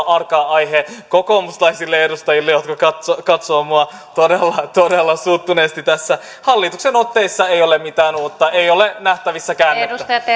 arka aihe kokoomuslaisille edustajille jotka katsovat katsovat minua todella todella suuttuneesti tässä hallituksen otteissa ei ole mitään uutta ei ole nähtävissä käännettä